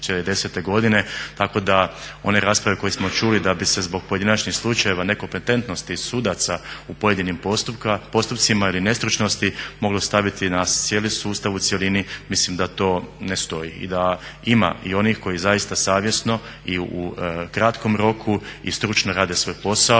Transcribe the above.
tako da one rasprave koje smo čuli da bi se zbog pojedinačnih slučajeva nekompetentnosti sudaca u pojedinim postupcima ili nestručnosti moglo staviti na cijeli sustav u cjelini. Mislim da to ne stoji i da ima i onih koji zaista savjesno i u kratkom roku i stručno rade svoj posao,